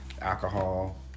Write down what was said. alcohol